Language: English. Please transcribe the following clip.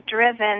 driven